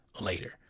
later